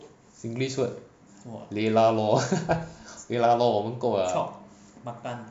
singlish word leh lah lor leh lah lor 我们够 liao lah